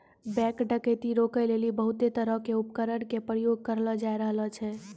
bank डकैती रोकै लेली बहुते तरहो के उपकरण के प्रयोग करलो जाय रहलो छै